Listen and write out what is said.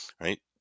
right